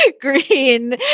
Green